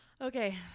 Okay